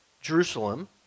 Jerusalem